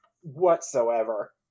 Whatsoever